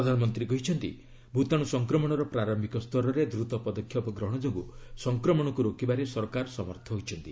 ପ୍ରଧାନମନ୍ତ୍ରୀ କହିଛନ୍ତି ଭୂତାଣୁ ସଂକ୍ରମଣର ପ୍ରାର୍ୟିକ ସ୍ତରରେ ଦ୍ରତ ପଦକ୍ଷେପ ଗ୍ରହଣ ଯୋଗୁଁ ସଂକ୍ମଶକୁ ରୋକିବାରେ ସରକାର ସମର୍ଥ ହୋଇଛନ୍ତି